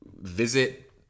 visit